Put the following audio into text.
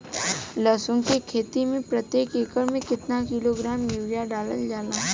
लहसुन के खेती में प्रतेक एकड़ में केतना किलोग्राम यूरिया डालल जाला?